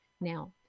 Now